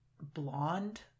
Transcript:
blonde